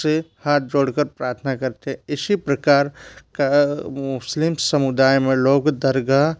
से हाथ जोड़ कर प्रार्थना करते इसी प्रकार का मुस्लिम समुदाय में लोग दरगाह